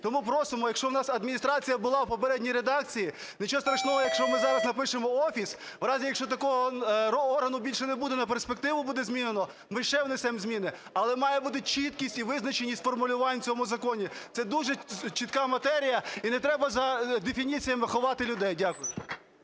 Тому просимо, якщо в нас Адміністрація була в попередній редакції, нічого страшного, якщо ми зараз напишемо Офіс. У разі, якщо такого органу більше не буде, на перспективу буде змінено. Ми ще внесемо зміни, але має бути чіткість і визначеність формулювань у цьому законі. Це дуже чітка матерія і не треба за дефініціями ховати людей. Дякую.